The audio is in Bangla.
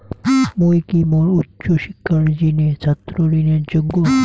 মুই কি মোর উচ্চ শিক্ষার জিনে ছাত্র ঋণের যোগ্য?